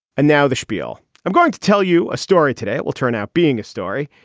and now the schpiel. i'm going to tell you a story today, it will turn out being a story,